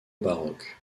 baroque